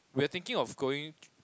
we were thinking of going